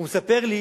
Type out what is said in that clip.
הוא מספר לי